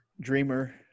dreamer